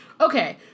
Okay